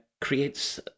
creates